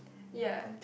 ya